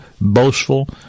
boastful